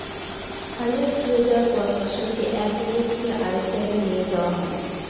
harvest হয়ে যায়ার পর ফসলকে এক জায়গা থেকে আরেক জাগায় নিয়ে যাওয়া হয়